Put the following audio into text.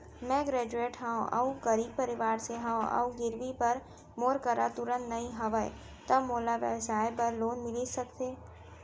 मैं ग्रेजुएट हव अऊ गरीब परवार से हव अऊ गिरवी बर मोर करा तुरंत नहीं हवय त मोला व्यवसाय बर लोन मिलिस सकथे?